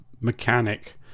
mechanic